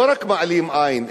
לא רק מעלים עין,